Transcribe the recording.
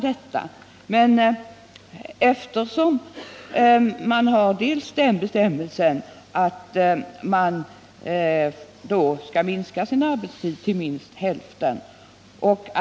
Det finns dock en regel som säger, att arbetstiden skall minskas med minst hälften.